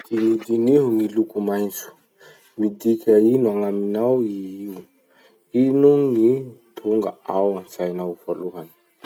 Dinidiniho gny loko maintso. Midika ino gn'aminao io? Ino gny tonga antsainao voalohany?